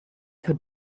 could